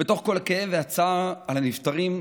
בתוך כל הכאב והצער על הנפטרים,